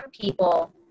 people